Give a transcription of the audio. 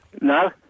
No